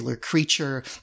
creature